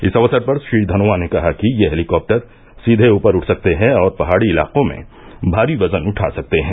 इस अवसर पर श्री धनोआ ने कहा कि ये हैलीकॉप्टर सीर्धे ऊपर उठ सकते हैं और पहाड़ी इलाकों में भारी वजन उठा सकते हैं